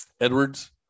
Edwards